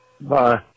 bye